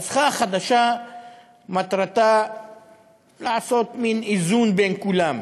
נוסחה חדשה מטרתה לעשות מין איזון בין כולם.